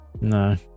No